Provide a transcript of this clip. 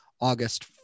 August